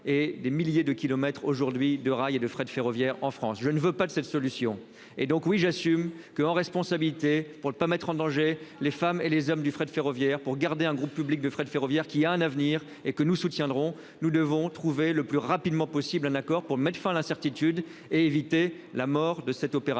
et des milliers de kilomètres aujourd'hui de rails et de fret ferroviaire en France. Je ne veux pas de cette solution et donc oui j'assume que en responsabilité pour le pas mettre en danger les femmes et les hommes du fret ferroviaire pour garder un groupe public de fret ferroviaire qui a un avenir et que nous soutiendrons. Nous devons trouver le plus rapidement possible un accord pour mettre fin à l'incertitude et éviter la mort de cet opérateur.